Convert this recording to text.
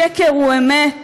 שקר הוא אמת,